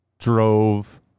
drove